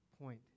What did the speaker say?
point